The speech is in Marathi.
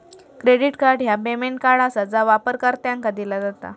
क्रेडिट कार्ड ह्या पेमेंट कार्ड आसा जा वापरकर्त्यांका दिला जात